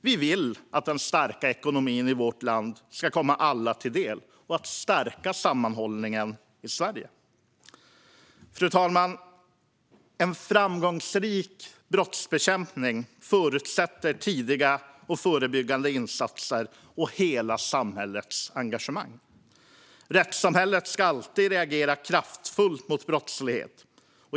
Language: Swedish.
Vi vill att den starka ekonomin i vårt land ska komma alla till del och att sammanhållningen i Sverige stärks. Fru talman! En framgångsrik brottsbekämpning förutsätter tidiga och förebyggande insatser och hela samhällets engagemang. Rättssamhället ska alltid reagera kraftfullt mot brottslighet.